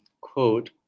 quote